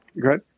Good